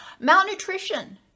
malnutrition